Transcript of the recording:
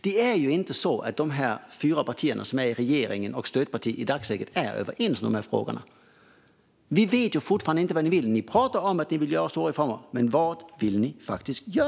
Det är ju inte så att de tre partierna i regeringen och stödpartiet i dagsläget är överens i de här frågorna. Vi vet fortfarande inte vad ni vill. Ni pratar om att ni vill göra stora reformer, men vad vill ni faktiskt göra?